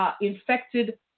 infected